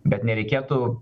bet nereikėtų